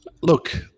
Look